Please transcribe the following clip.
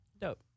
Dope